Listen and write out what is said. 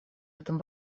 этом